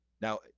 Now